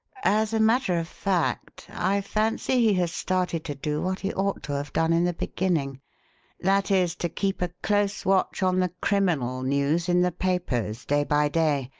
as a matter of fact i fancy he has started to do what he ought to have done in the beginning that is, to keep a close watch on the criminal news in the papers day by day,